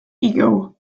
ego